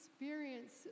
experience